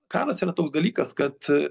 karas yra toks dalykas kad